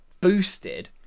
boosted